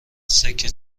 سکه